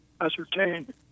ascertain